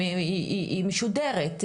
היא משודרת,